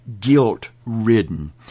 guilt-ridden